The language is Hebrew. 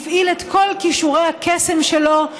הפעיל את כל כישורי הקסם שלו,